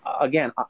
again